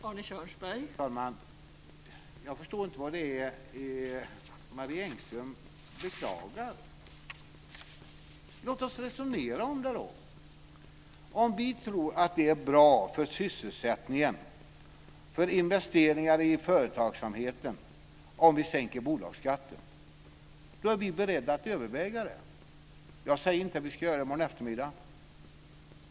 Fru talman! Jag förstår inte vad det är Marie Engström beklagar. Låt oss resonera om det då. Om vi tror att det är bra för sysselsättningen och för investeringar i företagsamheten att sänka bolagsskatten, då är vi beredda att överväga det. Jag säger inte att vi ska göra det i morgon eftermiddag.